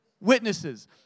witnesses